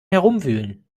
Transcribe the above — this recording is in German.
herumwühlen